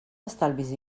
estalvis